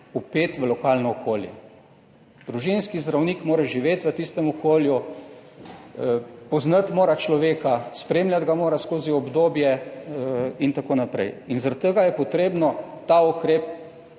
vpet v lokalno okolje, družinski zdravnik mora živeti v tistem okolju, poznati mora človeka, spremljati ga mora skozi obdobje in tako naprej in zaradi tega je potrebno ta ukrep